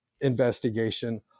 investigation